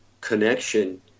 connection